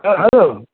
হ্যাঁ হ্যালো